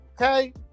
okay